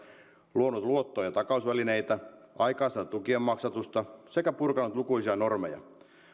luonut luotto ja ja takausvälineitä aikaistanut tukien maksatusta sekä purkanut lukuisia normeja